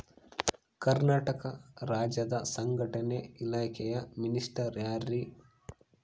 ಕರ್ನಾಟಕ ರಾಜ್ಯದ ಸಂಘಟನೆ ಇಲಾಖೆಯ ಮಿನಿಸ್ಟರ್ ಯಾರ್ರಿ?